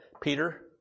Peter